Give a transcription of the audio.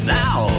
now